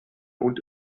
und